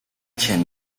chain